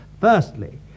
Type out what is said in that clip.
Firstly